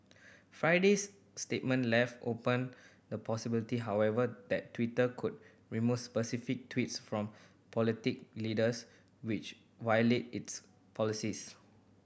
Friday's statement left open the possibility however that Twitter could remove specific tweets from political leaders which violate its policies